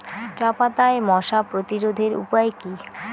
চাপাতায় মশা প্রতিরোধের উপায় কি?